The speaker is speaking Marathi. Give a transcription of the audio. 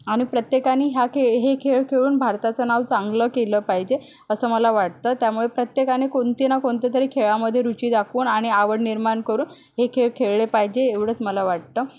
आणि प्रत्येकाने ह्या खेळ हे खेळ खेळून भारताचं नाव चांगलं केलं पाहिजे असं मला वाटतं त्यामुळे प्रत्येकाने कोणती ना कोणत्या तरी खेळामध्ये रुची दाखवून आणि आवड निर्माण करून हे खेळ खेळले पाहिजे एवढंच मला वाटतं